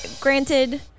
granted